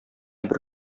бер